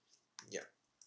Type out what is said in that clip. yup